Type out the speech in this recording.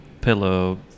pillow